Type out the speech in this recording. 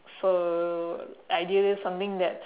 so ideally something that's